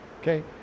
Okay